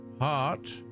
heart